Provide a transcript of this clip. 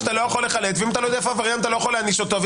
אתה לא יכול להעניש אותו.